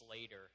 later